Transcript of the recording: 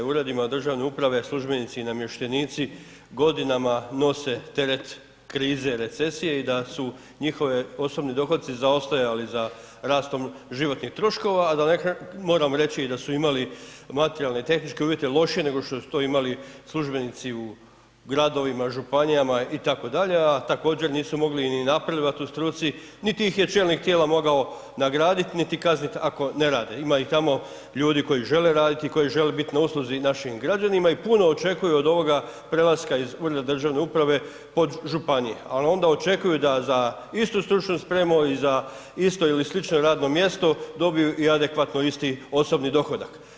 uredima državne uprave službenici i namještenici godinama nose teret krize recesije i da su njihovi osobni dohodci zaostajali za rastom životnih troškova a moram reći i da su imali materijalne i tehničke uvjete lošije nego što su to imali službenici u gradovima, županijama itd., a također nisu ni mogli ni napredovat u struci niti ih je čelnik tijela mogao nagraditi niti kaznit ako ne rade, ima i tamo ljudi koji žele raditi i koji žele biti na usluzi našim građanima i puno očekuju od ovoga prelaska iz ureda državne uprave pod županije ali onda očekuju da za istu istru stručnu spremu i za isto ili slično radno mjesto, dobiju i adekvatno isti osobni dohodak.